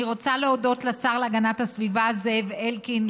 אני רוצה להודות לשר להגנת הסביבה זאב אלקין,